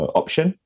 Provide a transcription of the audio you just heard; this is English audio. option